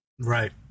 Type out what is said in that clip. Right